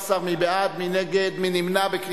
הצעת הצעות בדבר השתתפות המדינה בתקציבי המוסדות